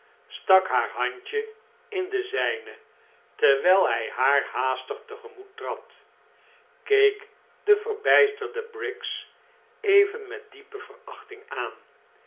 haar handje in de zijne terwijl hij haar haastig tegemoet trad keek de verbijsterde briggs even met diepe verachting aan